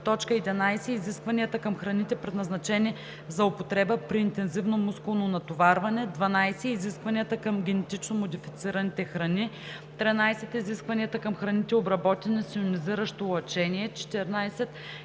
11. изискванията към храните, предназначени за употреба при интензивно мускулно натоварване; 12. изискванията към генетично модифицираните храни; 13. изискванията към храните, обработени с йонизиращо лъчение; 14. изискванията към пушилните ароматизанти, използвани